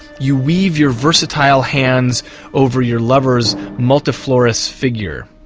you weave your versatile hands over your lover's multiflorous figure.